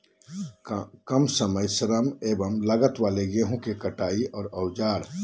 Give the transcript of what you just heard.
काम समय श्रम एवं लागत वाले गेहूं के कटाई वाले औजार?